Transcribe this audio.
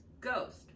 ghost